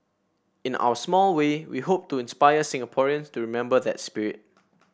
in our small way we hope to inspire Singaporeans to remember that spirit